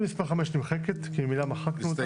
מס' 5 נמחקת כי ממילא מחקנו את (3).